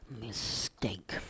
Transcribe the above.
mistake